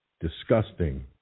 disgusting